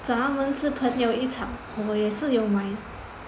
咱们是朋友一场我也是有买